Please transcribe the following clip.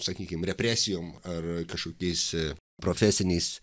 sakykim represijom ar kažkokiais profesiniais